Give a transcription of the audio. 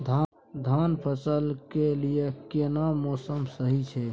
धान फसल के लिये केना मौसम सही छै?